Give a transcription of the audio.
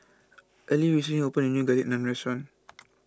Earlie recently opened a new Garlic Naan restaurant